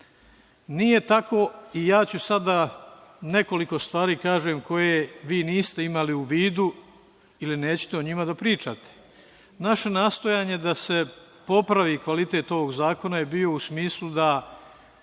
Nije tako i ja ću sada nekoliko stvari da kažem koje vi niste imali u vidu ili nećete o njima da pričate. Naše nastojanje da se popravi kvalitet ovog zakona je bilo u smislu da